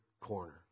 corner